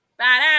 badass